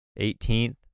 18th